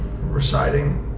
reciting